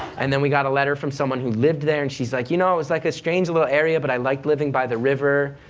and then we got a letter from someone who lived there, and she's like you know it was like a strange little area, but i liked living by the river,